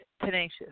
tenacious